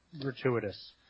gratuitous